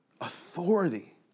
Authority